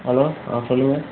hello ஆ சொல்லுங்கள்